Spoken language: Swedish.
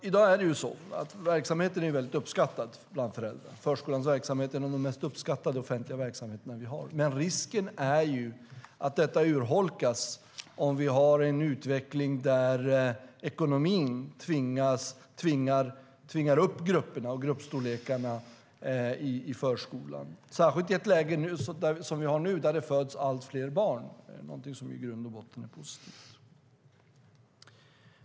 I dag är förskolans verksamhet väldigt uppskattad bland föräldrar. Den är en av de mest uppskattade offentliga verksamheter vi har. Men risken är att detta urholkas om vi har en utveckling där ekonomin tvingar upp gruppstorlekarna i förskolan, särskilt i det läge som vi har nu, där det föds allt fler barn, någonting som i grund och botten är positivt.